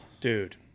dude